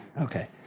Okay